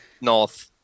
north